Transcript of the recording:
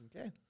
Okay